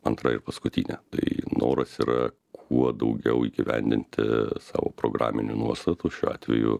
antra ir paskutinė tai noras yra kuo daugiau įgyvendinti savo programinių nuostatų šiuo atveju